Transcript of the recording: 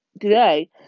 today